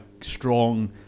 strong